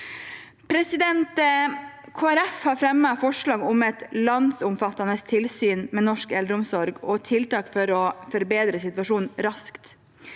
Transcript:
Folkeparti har fremmet forslag om et landsomfattende tilsyn med norsk eldreomsorg og tiltak for å forbedre situasjonen raskt.